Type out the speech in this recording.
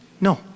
No